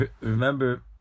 remember